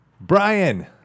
brian